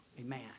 Amen